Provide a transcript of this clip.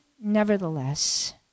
nevertheless